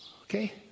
Okay